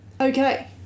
Okay